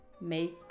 make